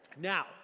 now